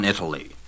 Italy